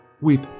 Weep